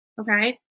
Okay